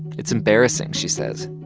it's embarrassing, she says.